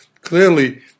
Clearly